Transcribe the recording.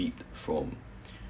eat from